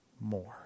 more